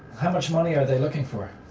how much money are they looking for?